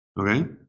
okay